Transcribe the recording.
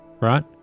right